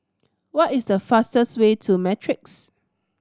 what is the fastest way to Matrix